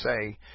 say